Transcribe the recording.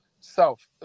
self